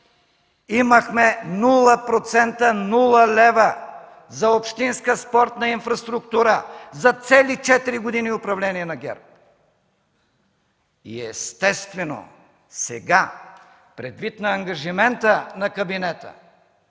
процента, нула лева за общинска спортна инфраструктура за цели 4 години управление на ГЕРБ. И, естествено, сега предвид ангажимента на кабинета